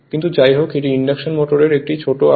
কিন্তু যাই হোক এটি ইনডাকশন মোটর এর একটি ছোট আকার